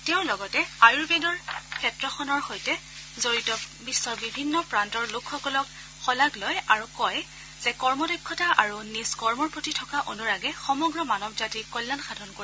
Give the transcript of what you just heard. তেওঁ লগতে আয়ুৰ্বেদৰ ক্ষেত্ৰখনৰ সৈতে জড়িত বিশ্বৰ বিভিন্ন প্ৰান্তৰ লোকসকলক শলাগ লয় আৰু কয় যে কৰ্ম দক্ষতা আৰু নিজ কৰ্মৰ প্ৰতি থকা অনুৰাগে সমগ্ৰ মানৱ জাতিৰ কল্যাণ সাধন কৰিব